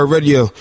Radio